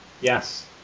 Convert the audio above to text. Yes